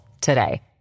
today